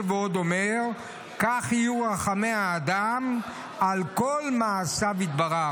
ועוד אומר: כך יהיו רחמי האדם על כל מעשיו יתברך,